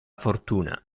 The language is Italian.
fortuna